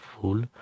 fool